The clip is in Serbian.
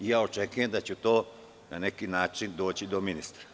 Očekujem da će to na neki način doći do ministra.